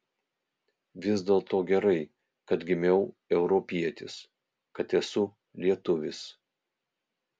vis dėlto gerai kad gimiau europietis kad esu lietuvis